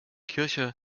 kirche